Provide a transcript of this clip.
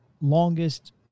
longest